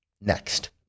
Next